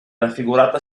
raffigurata